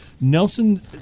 Nelson